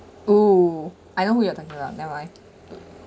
oo I know we who you're talking about never mind